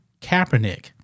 Kaepernick